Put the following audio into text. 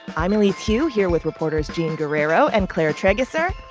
i'm elise hu here with reporters jean guerrero and claire trageser.